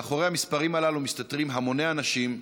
מאחורי המספרים הללו מסתתרים המוני אנשים,